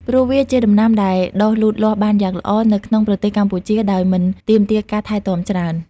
ព្រោះវាជាដំណាំដែលដុះលូតលាស់បានយ៉ាងល្អនៅក្នុងប្រទេសកម្ពុជាដោយមិនទាមទារការថែទាំច្រើន។